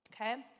Okay